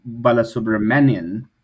balasubramanian